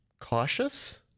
cautious